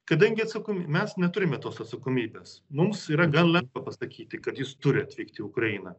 kadangi atsakom mes neturime tos atsakomybės mums yra gan lengva pasakyti kad jis turi atvykti į ukrainą